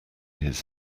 his